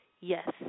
Yes